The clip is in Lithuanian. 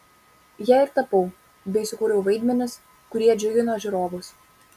ja ir tapau bei sukūriau vaidmenis kurie džiugino žiūrovus